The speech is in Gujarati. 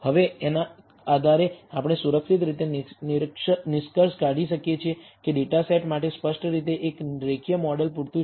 હવે આના આધારે આપણે સુરક્ષિત રીતે નિષ્કર્ષ કાઢી શકીએ છીએ કે ડેટા સેટ માટે સ્પષ્ટ રીતે એક રેખીય મોડેલ પૂરતું છે